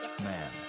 man